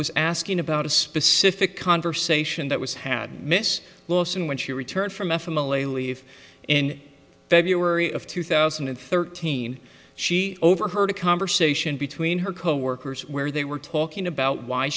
was asking about a specific conversation that was had miss lawson when she returned from a family leave in february of two thousand and thirteen she overheard a conversation between her coworkers where they were talking about why